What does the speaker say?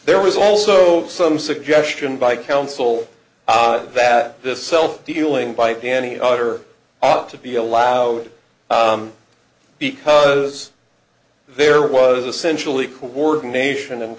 there was also some suggestion by counsel that this self dealing by danny daughter ought to be allowed because there was a centrally coordination and